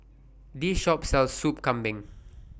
This Shop sells Soup Kambing